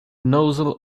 nozzle